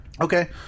Okay